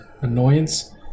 annoyance